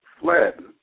fled